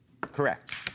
correct